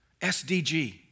SDG